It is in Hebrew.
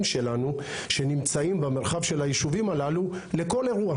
שלנו שנמצאים במרחב של היישובים הללו לכל אירוע.